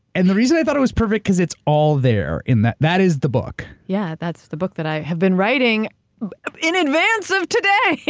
and the reason i thought it was perfect cause it's all there. that that is the book. yeah, that's the book that i have been writing in advance of today.